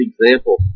example